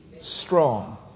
strong